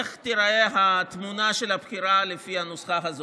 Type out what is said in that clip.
איך תיראה התמונה של הבחירה לפי הנוסחה הזאת?